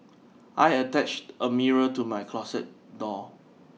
I attached a mirror to my closet door